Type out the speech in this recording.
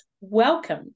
welcome